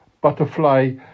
Butterfly